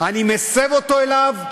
אני מסב אותו אליו,